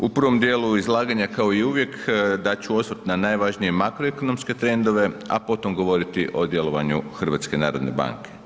U prvom dijelu izlaganja kao i uvijek dat ću osvrt na najvažnije makroekonomske trendove, a potom govoriti o djelovanju HNB-a.